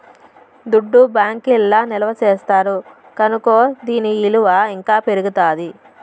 దుడ్డు బ్యాంకీల్ల నిల్వ చేస్తారు కనుకో దాని ఇలువ ఇంకా పెరుగుతాది